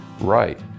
right